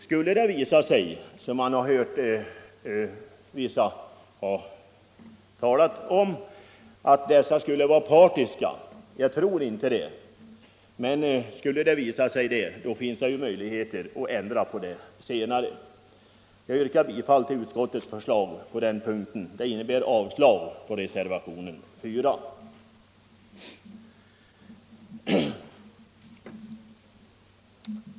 Skulle dessa befattningshavare visa sig partiska — som vissa har talat om, men som jag ej tror — finns ju möjligheten att ändra på detta senare. Herr talman! Jag yrkar bifall till utskottets förslag på denna punkt, vilket innebär avslag på reservationen 4.